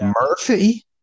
Murphy